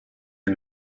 nel